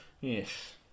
Yes